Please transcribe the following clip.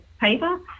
paper